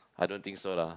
I don't think so lah